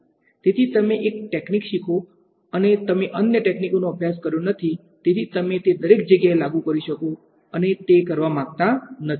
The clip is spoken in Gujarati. તેથી તમે એક તકનીક શીખો છો અને તમે અન્ય તકનીકોનો અભ્યાસ કર્યો નથી તેથી તમે તે દરેક જગ્યાએ લાગુ કરો છો અમે તે કરવા માંગતા નથી